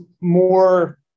more